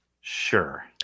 Sure